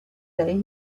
day